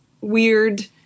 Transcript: weird